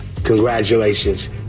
Congratulations